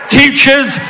teachers